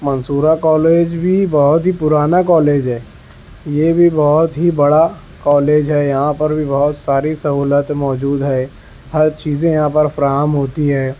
Mansoora college بھی بہت ہی پرانا کالج ہے یہ بھی بہت ہی بڑا کالج ہے یہاں پر بھی بہت ساری سہولت موجود ہے ہر چیزیں یہاں پر فراہم ہوتی ہے